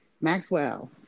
Maxwell